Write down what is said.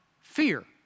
fear